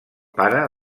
pare